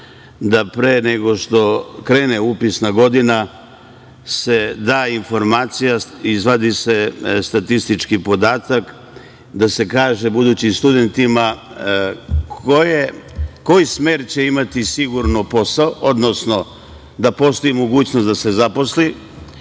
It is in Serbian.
Pre nego što krene upisna godina da se da informacija, izvadi se statistički podatak, da se kaže budućim studentima koji smer će imati sigurno posao, odnosno da postoji mogućnost da se zaposli,